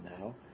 now